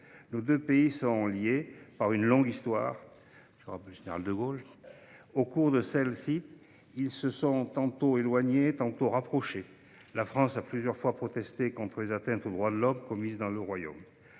Nos deux pays sont liés par une longue histoire. Au cours de celle ci, ils se sont tantôt éloignés, tantôt rapprochés. La France a plusieurs fois protesté contre les atteintes aux droits de l’homme commises dans le royaume.